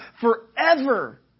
forever